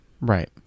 Right